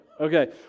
Okay